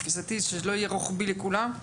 תפיסתי שזה לא יהיה רוחבי לכולם,